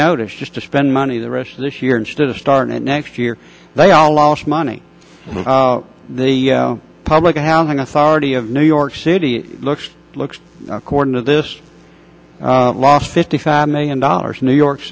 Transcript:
notice just to spend money the rest of this year instead of starting next year they all lost money the public housing authority of new york city looks looks according to this last fifty five million dollars new york